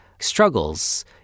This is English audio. struggles